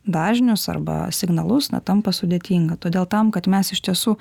dažnius arba signalus na tampa sudėtinga todėl tam kad mes iš tiesų